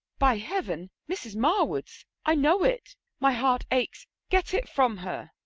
by heaven! mrs. marwood's, i know it my heart aches get it from her!